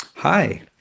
Hi